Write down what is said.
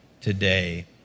today